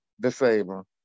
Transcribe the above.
disabled